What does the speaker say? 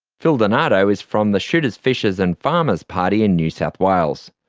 phil donato is from the shooters fishers and farmers party in new south wales.